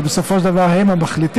שבסופו של דבר הם המחליטים,